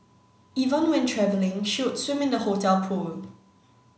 even when travelling she would swim in the hotel pool